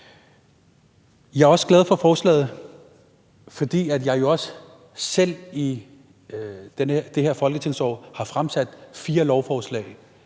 Jeg er også glad for forslaget, fordi jeg jo selv i det her folketingsår har fremsat fire forslag